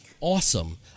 awesome